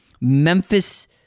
Memphis